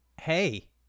Hey